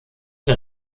der